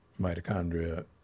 mitochondria